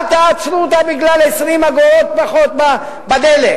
אל תעצרו אותה בגלל 20 אגורות פחות בדלק.